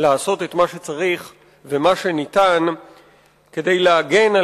לעשות את מה שצריך ומה שאפשר כדי להגן על